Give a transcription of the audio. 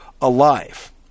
alive